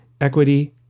equity